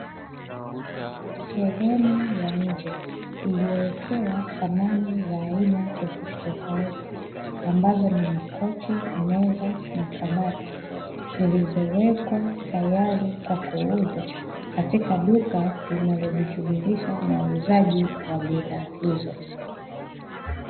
Sehemu ya nje iliyowekewa samani za aina tofauti tofauti ambazo ni makochi, meza, makabati, zilizowekwa taayri kwa kuuzwa katika duka linalo jishughulisha na uuzaji wa bidhaa hizo.